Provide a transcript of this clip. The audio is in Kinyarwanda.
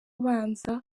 ubanza